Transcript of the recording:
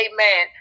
Amen